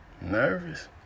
nervous